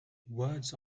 words